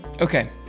Okay